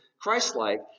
Christ-like